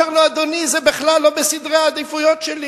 אומר לו: אדוני, זה בכלל לא בסדרי העדיפויות שלי.